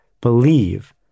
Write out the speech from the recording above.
believe